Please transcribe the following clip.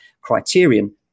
criterion